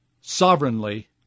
sovereignly